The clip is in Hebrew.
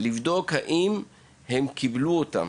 לבדוק האם הם קיבלו אותן.